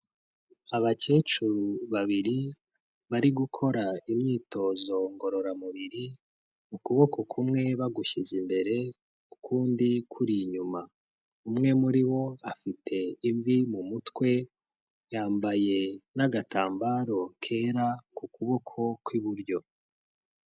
Abakecuru babiri bari gukora imyitozo ngororamubiri, ukuboko kumwe bagushyize imbere, ukundi kuri inyuma. Umwe muri bo afite imvi mu mutwe, yambaye n'agatambaro kera ku kuboko kw'iburyo.